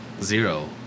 Zero